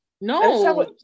No